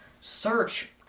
search